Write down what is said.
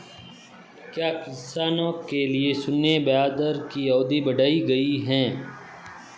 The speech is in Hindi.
क्या किसानों के लिए शून्य ब्याज दर की अवधि बढ़ाई गई?